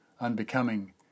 unbecoming